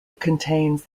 contains